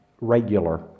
regular